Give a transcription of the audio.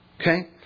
Okay